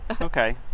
okay